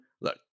look